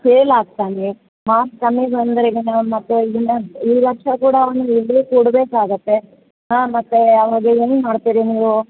fail ಆಗ್ತಾನೆ marks ಕಮ್ಮಿ ಬಂದರೆ ಈಗ ನಾನು ಮಕ್ಳಿಗೆಲ್ಲ ಈ ವರ್ಷ ಕೂಡ ಅವ್ನು ಇಲ್ಲೇ ಕೂಡ ಬೇಕಾಗುತ್ತೆ ಹಾಂ ಮತ್ತೆ ಅವನದ್ದು ಹೆಂಗೆ ಮಾಡ್ತೀರಿ ನೀವು